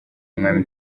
umwami